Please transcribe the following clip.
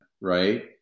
right